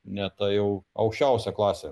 ne ta jau aukščiausia klasė